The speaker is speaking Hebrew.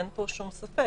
אין פה שום ספק.